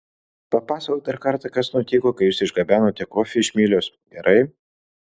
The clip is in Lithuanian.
papasakok dar kartą kas nutiko kai jūs išgabenote kofį iš mylios gerai